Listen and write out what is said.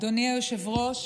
אדוני היושב-ראש,